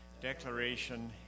declaration